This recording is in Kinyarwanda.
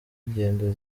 ingendo